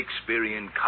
Shakespearean